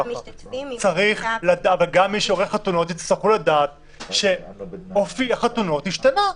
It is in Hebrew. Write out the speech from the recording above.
גם מי שעורך חתונות יצטרך לדעת שאופי החתונות השתנה.